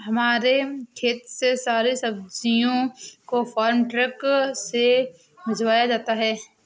हमारे खेत से सारी सब्जियों को फार्म ट्रक में भिजवाया जाता है